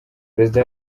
perezida